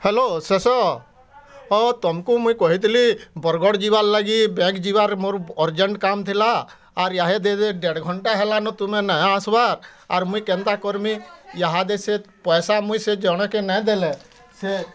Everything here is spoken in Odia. ହ୍ୟାଲୋ ଶେଷ ଓ ତମକୁ ମୁଇଁ କହିଥିଲି ବରଗଡ଼ ଯିବାର୍ ଲାଗି ବ୍ୟାଙ୍କ ଯିବାର୍ ମୋର ଅରଜେଣ୍ଟ୍ କାମ୍ ଥିଲା ଆର୍ ଆହେ ଦେଦେ ଦେଢ଼ ଘଣ୍ଟା ହେଲା ନ ତୁମେ ନାଁ ଆସିବାର୍ ଆରୁ ମୁଇଁ କେନ୍ତା କର୍ମୀ ୟାହାଦେ ସେ ପଇସା ମୁଇଁ ସେଇ ଜଣେକେ ନାଇଁ ଦେଲେ ସେ